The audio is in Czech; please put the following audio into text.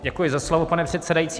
Děkuji za slovo, pane předsedající.